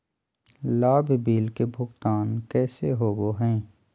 लाभ बिल के भुगतान कैसे होबो हैं?